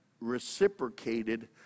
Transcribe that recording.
reciprocated